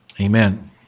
Amen